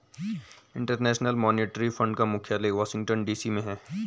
international Monetary Fund का मुख्यालय Washington DC में है